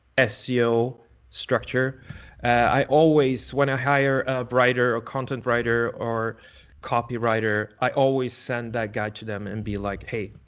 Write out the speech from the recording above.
seo structure i always, when i hire a writer, or content writer, or copywriter, i always send that guy to them and be like, hey,